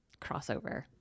crossover